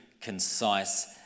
concise